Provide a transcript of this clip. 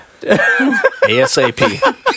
ASAP